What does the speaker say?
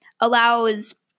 allows